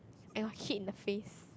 I got hit in the face